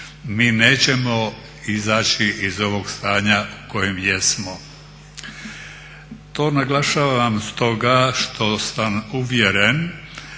mi nećemo izaći iz ovog stanja u kojem jesmo. To naglašavam stoga što sam uvjeren